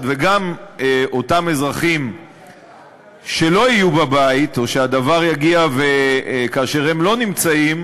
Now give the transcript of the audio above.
שגם אותם אזרחים שלא יהיו בבית או שהדוור יגיע כאשר הם לא נמצאים,